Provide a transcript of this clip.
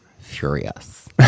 furious